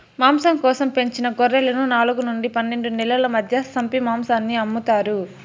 మాంసం కోసం పెంచిన గొర్రెలను నాలుగు నుండి పన్నెండు నెలల మధ్య సంపి మాంసాన్ని అమ్ముతారు